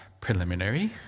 preliminary